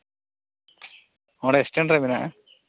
ᱚᱸᱰᱮ ᱥᱴᱮᱱᱰ ᱨᱮ ᱢᱮᱱᱟᱜᱼᱟ